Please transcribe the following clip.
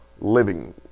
living